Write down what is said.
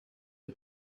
and